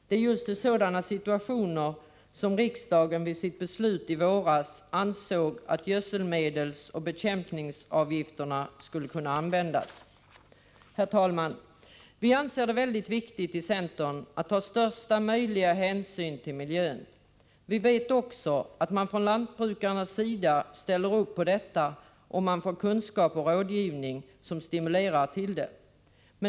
Det är just till sådana situationer som riksdagen vid sitt beslut i våras ansåg att gödselmedelsoch bekämpningsmedelsavgifterna skulle kunna användas. Herr talman! Vi i centern anser det mycket viktigt att största möjliga hänsyn tas till miljön. Vi vet att man från lantbrukarnas sida ställer sig bakom detta, om de får kunskap och rådgivning som stimulerar till miljöskyddsåtgärder.